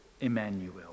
Emmanuel